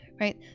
right